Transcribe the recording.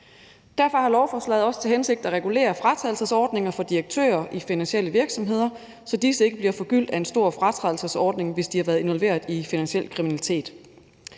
Derfor har lovforslaget også til hensigt at regulere fratrædelsesordninger for direktører i finansielle virksomheder, så disse ikke bliver forgyldt af en stor fratrædelsesordning, hvis de har været involveret i finansiel kriminalitet.